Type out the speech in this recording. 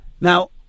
Now